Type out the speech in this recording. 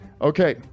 Okay